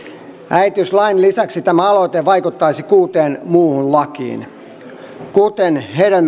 äitiyslain lisäksi tämä aloite vaikuttaisi kuuteen muuhun lakiin kuten hedelmöityshoidoista elatusavusta